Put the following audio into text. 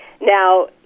Now